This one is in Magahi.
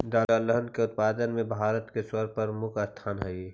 दलहन के उत्पादन में भारत के सर्वप्रमुख स्थान हइ